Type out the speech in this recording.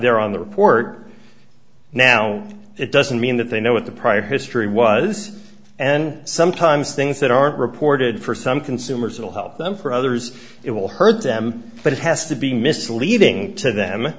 there on the report now it doesn't mean that they know what the prior history was and sometimes things that aren't reported for some consumers will help them for others it will hurt them but it has to be misleading to them